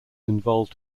involved